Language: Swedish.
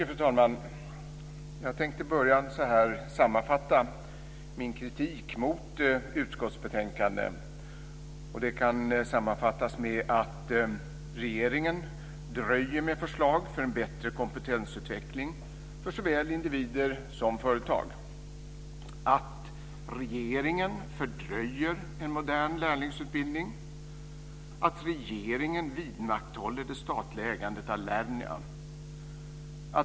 Fru talman! Jag tänkte börja med att sammanfatta min kritik mot utskottsbetänkandet. Den kan sammanfattas med att regeringen dröjer med förslag till en bättre kompetensutveckling för såväl individer som företag. Regeringen fördröjer en modern lärlingsutbildning. Regeringen vidmakthåller det statliga ägandet av Lernia.